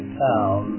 town